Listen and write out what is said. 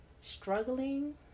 struggling